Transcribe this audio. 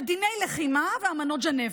דיני לחימה ואמנות ז'נבה.